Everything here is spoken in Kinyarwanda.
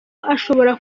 ashobora